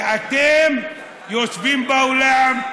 ואתם יושבים באולם,